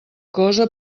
cosa